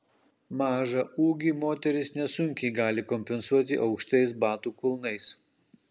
mažą ūgį moterys nesunkiai gali kompensuoti aukštais batų kulnais